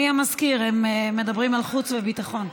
אדוני המזכיר, הם מדברים על חוץ וביטחון.